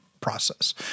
process